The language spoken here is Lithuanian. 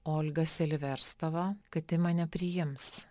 olga siliverstova kad ji mane priims